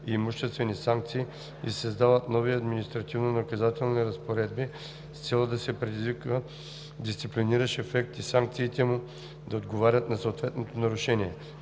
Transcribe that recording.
и имуществени санкции и се създават нови административнонаказателни разпоредби с цел да се предизвика дисциплиниращ ефект и санкциите да отговарят на съответното нарушение.